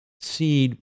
seed